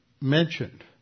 mentioned